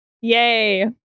Yay